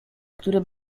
który